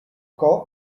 call